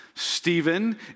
Stephen